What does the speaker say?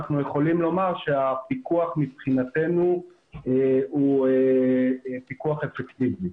אנחנו יכולים לומר שהפיקוח מבחינתנו הוא פיקוח אפקטיבי.